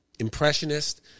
impressionist